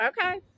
Okay